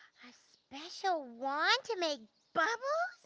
special wand to make bubbles?